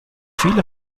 viele